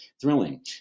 thrilling